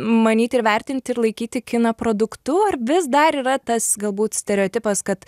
manyti ir vertinti ir laikyti kiną produktu ar vis dar yra tas galbūt stereotipas kad